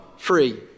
free